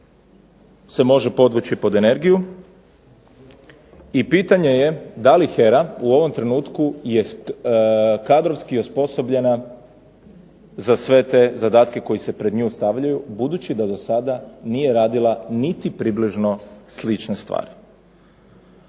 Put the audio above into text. se može podvući pod energiju. I pitanje je da li HERA u ovom trenutku jest kadrovski osposobljena za sve te zadatke koji se pred nju stavljaju, budući da do sada nije radila niti približno slične stvari.